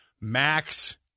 Max